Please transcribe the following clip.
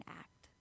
act